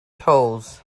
tolls